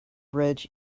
bridge